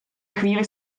chvíli